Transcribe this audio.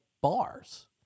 bars